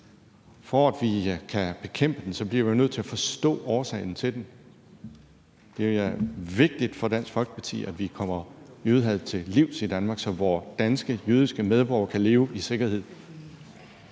For at vi kan bekæmpe det, bliver vi nødt til at forstå årsagen til det. Det er vigtigt for Dansk Folkeparti, at vi kommer jødehadet til livs i Danmark, så vore danske jødiske medborgere kan leve i sikkerhed.